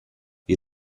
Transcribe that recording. you